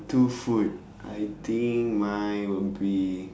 two food I think mine will be